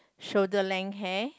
shoulder length hair